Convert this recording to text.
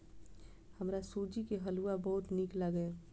हमरा सूजी के हलुआ बहुत नीक लागैए